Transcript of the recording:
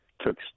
took